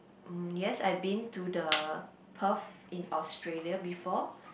mm yes I've been to the Perth in Australia before